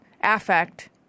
Affect